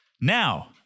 Now